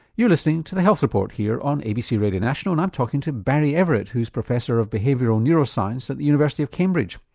you're listening to the health report here on abc radio national and i'm talking to barry everitt who's professor of behavioural neuroscience at the university of cambridge.